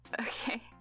Okay